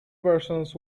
versions